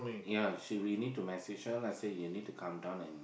ya should be need to message her lah say you need to come down and